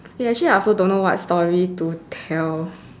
eh actually I also don't know what story to tell